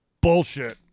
bullshit